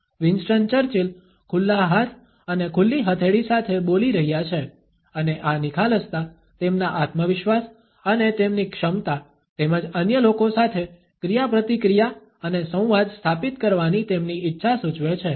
Winston Churchill ખુલ્લા હાથ અને ખુલ્લી હથેળી સાથે બોલી રહ્યા છે અને આ નિખાલસતા તેમના આત્મવિશ્વાસ અને તેમની ક્ષમતા તેમજ અન્ય લોકો સાથે ક્રિયાપ્રતિક્રિયા અને સંવાદ સ્થાપિત કરવાની તેમની ઇચ્છા સૂચવે છે